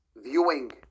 viewing